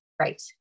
right